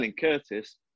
Curtis